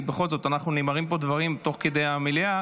כי בכל זאת נאמרים פה דברים תוך כדי המליאה,